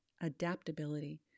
adaptability